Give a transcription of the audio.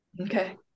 Okay